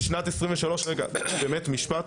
רגע, באמת משפט.